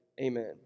Amen